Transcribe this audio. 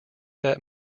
that